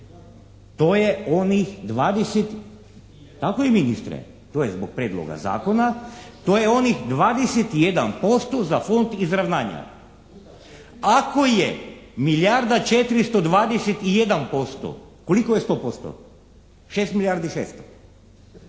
To je onih 21% za Fond izravnanja. Ako je milijarda 421% koliko je 100%? 6 milijardi 600.